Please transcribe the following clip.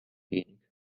wenig